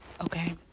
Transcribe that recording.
okay